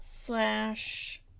Slash